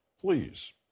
Please